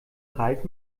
ralf